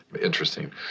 Interesting